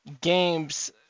games